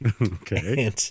Okay